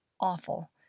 awful